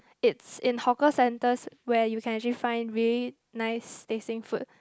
it's in hawker centers where you can actually find very nice tasting food